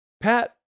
Pat